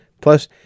Plus